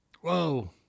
Whoa